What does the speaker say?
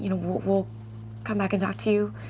you know we'll come back and talk to you?